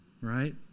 Right